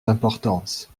d’importance